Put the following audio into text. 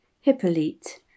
Hippolyte